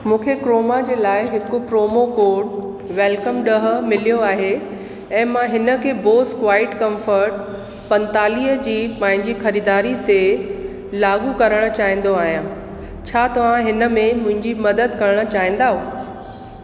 मूंखे क्रोमा जे लाइ हिकु प्रोमोकोड वेलकम ॾह मिलियो आहे ऐं मां हिन खे बोस क्वाइट कंफर्ट पंंजतालीह जी पंहिंजी ख़रीदारी ते लागू करणु चाहींदो आहियां छा तव्हां हिन में मुंहिंजी मदद करणु चाहींदव